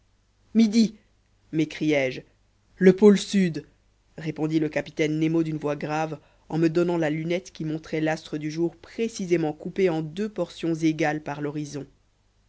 midi m'écriai-je le pôle sud répondit le capitaine nemo d'une voix grave en me donnant la lunette qui montrait l'astre du jour précisément coupé en deux portions égales par l'horizon